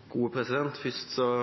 gode og seriøse, eller er det slik at det blir mer godt og seriøst arbeidsliv, slik Kristelig Folkeparti ser det i dag? Først